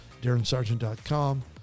darrensargent.com